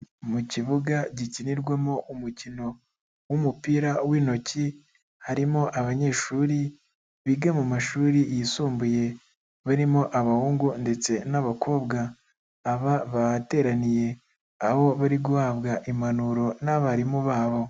Mu kibuga gikinirwamo umukino w'umupira w'intoki, harimo abanyeshuri biga mu mashuri yisumbuye, barimo abahungu ndetse n'abakobwa, aba bahateraniye aho bari guhabwa impanuro n'abarimu babo.